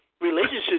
Relationship